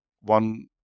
One